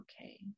okay